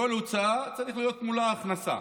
כל הוצאה, צריכה להיות מולה הכנסה.